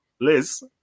Liz